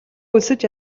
өлсөж